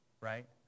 Right